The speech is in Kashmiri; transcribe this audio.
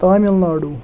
تامِل ناڈوٗ